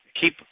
keep